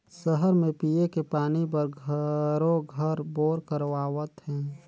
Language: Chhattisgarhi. सहर म पिये के पानी बर घरों घर बोर करवावत हें